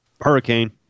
Hurricane